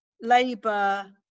Labour